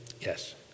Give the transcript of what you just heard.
Yes